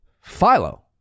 Philo